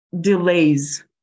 delays